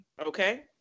Okay